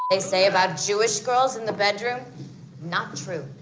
they say about jewish girls in the bedroom not true.